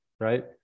right